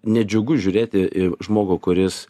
nedžiugu žiūrėti į žmogų kuris